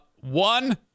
One